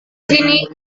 sini